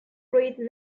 breed